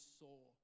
soul